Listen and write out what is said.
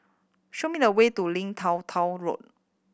show me the way to Lim Tua Tow Road